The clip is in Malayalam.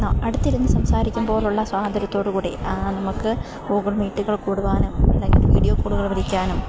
അടുത്തിരുന്ന് സംസാരിക്കുമ്പോഴുള്ള സ്വാതന്ത്ര്യത്തോട് കൂടി നമുക്ക് ഗൂഗിൾ മീറ്റുകൾ കൂടുവാനും അല്ലെങ്കിൽ വീഡിയോ കോളുകൾ വിളിക്കാനും